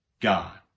God